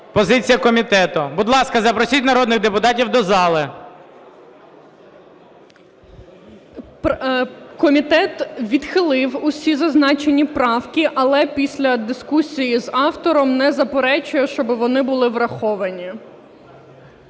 Позиція комітету. Будь ласка, запросіть народних депутатів до зали. 14:48:23 ПІДЛАСА Р.А. Комітет відхилив усі зазначені правки, але після дискусії з автором не заперечує, щоб вони були враховані.